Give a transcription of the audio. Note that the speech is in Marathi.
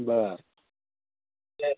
बरं तेच